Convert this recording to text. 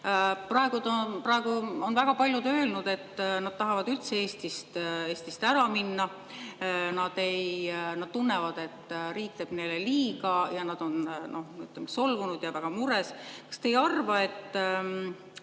Praegu on väga paljud öelnud, et nad tahavad üldse Eestist ära minna. Nad tunnevad, et riik teeb neile liiga, ja nad on solvunud ja väga mures. Kas te [arvate], et